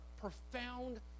profound